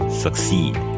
succeed